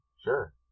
Sure